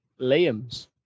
Liam's